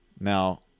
now